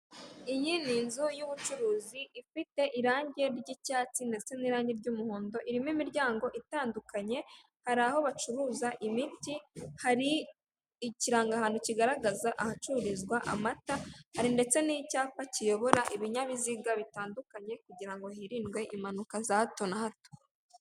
Iyi ni inzu y'ubucuruzi ifite irange ry'icyatsi ndetse n'irangi ry'umuhondo irimo imiryango itandukanye, harimo aho bacuruza imiti, hari ikirango ahantu kigaragaza ahacururizwa amata, hari ndetse n'icyapa kiyobora ibinyabiziga bitandukanye kugira ngo wirindwe impanuka za hato na hato.